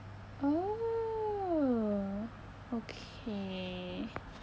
oh okay